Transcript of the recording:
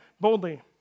boldly